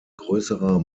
größerer